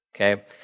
okay